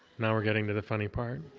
now we're getting to the funny part.